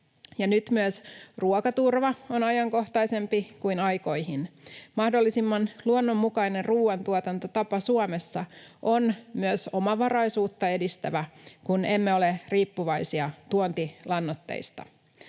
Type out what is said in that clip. nyt myös ruokaturva on ajankohtaisempi kuin aikoihin. Mahdollisimman luonnonmukainen ruuantuotantotapa Suomessa on myös omavaraisuutta edistävä, kun emme ole riippuvaisia tuontilannoitteista.